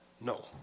No